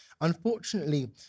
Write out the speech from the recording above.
unfortunately